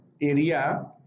area